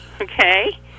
Okay